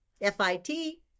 F-I-T